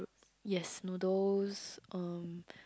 yes noodles um